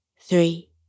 three